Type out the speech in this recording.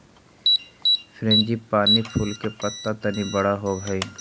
frangipani फूल के पत्त्ता तनी बड़ा होवऽ हई